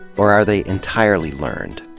or are they entirely learned?